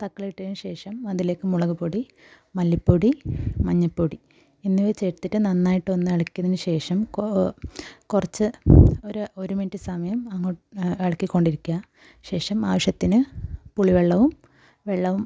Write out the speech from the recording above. തക്കാളി ഇട്ടതിന് ശേഷം അതിലേക്ക് മുളക് പൊടി മല്ലിപ്പൊടി മഞ്ഞൾപ്പൊടി എന്നിവ ചേർത്തിട്ട് നന്നായിട്ട് ഒന്ന് ഇളക്കിയതിന് ശേഷം കുറച്ച് ഒരു ഒരു മിനിറ്റ് സമയം ഇളക്കി കൊണ്ടിരിക്കുക ശേഷം ആവശ്യത്തിന് പുളിവെള്ളവും വെള്ളം